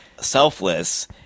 selfless